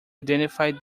identify